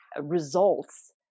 results